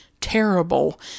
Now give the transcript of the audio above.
terrible